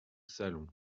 salon